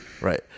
right